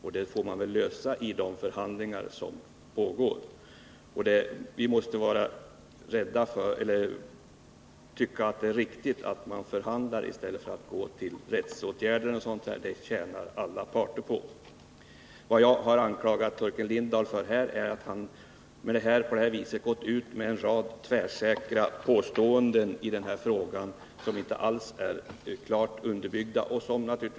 Även dessa problem får väl lösas i de förhandlingar som pågår. Det är väl riktigt att man förhandlar i stället för att vidta rättsåtgärder? Det tjänar ju alla parter på. Vad jag här har anklagat Torkel Lindahl för är att han i denna fråga har gått ut med en rad tvärsäkra påståenden, som inte alls är ordentligt underbyggda.